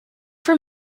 from